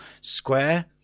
Square